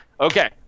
Okay